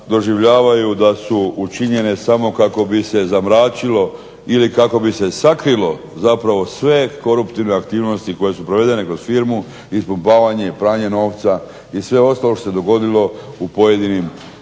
doživljavaju da su učinjene samo kako bi se zamračilo ili kako bi se sakrilo zapravo sve koruptivne aktivnosti koje su provedene kroz firmu ispumpavanje i pranje novca i sve ostalo što se dogodilo u pojedinim